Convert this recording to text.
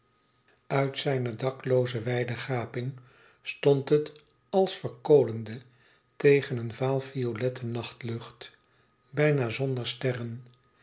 uit zijne daklooze wijde gaping stond het als verkolende tegen een vaal violette nachtlucht bijna zonder sterren